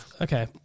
Okay